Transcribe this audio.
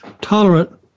tolerant